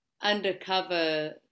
undercover